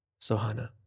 Sohana